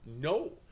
No